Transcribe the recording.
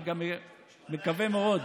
אני גם מקווה מאוד,